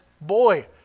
Boy